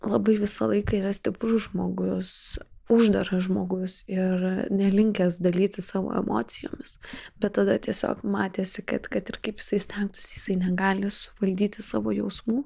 labai visą laiką yra stiprus žmogus uždaras žmogus ir nelinkęs dalytis savo emocijomis bet tada tiesiog matėsi kad kad ir kaip jisai stengtųsi jisai negali suvaldyti savo jausmų